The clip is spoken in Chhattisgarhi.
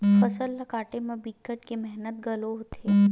फसल ल काटे म बिकट के मेहनत घलोक होथे